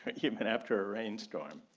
even after a rain storm.